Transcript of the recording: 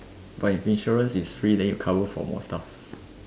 but if insurance is free then it cover for more stuff